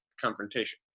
confrontation